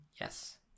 yes